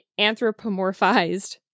anthropomorphized